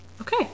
Okay